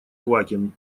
квакин